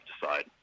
decide